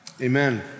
amen